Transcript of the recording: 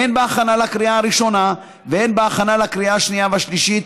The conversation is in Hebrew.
הן בהכנה לקריאה הראשונה והן בהכנה לקריאה השנייה והשלישית,